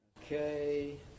Okay